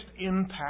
impact